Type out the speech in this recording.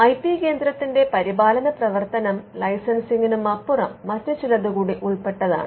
I P കേന്ദ്രത്തിന്റെ പരിപാലന പ്രവർത്തനം ലൈസൻസിംഗിനപ്പുറം മറ്റു ചിലത് കൂടി ഉൾപ്പെട്ടതാണ്